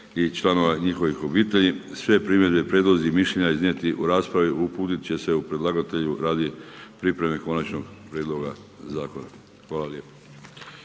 i članova njihovih obitelji. Sve primjedbe i prijedlozi i mišljenja iznijeti u raspravi uputiti će se predlagatelju radi pripreme konačnog prijedloga zakona. Hvala lijepo.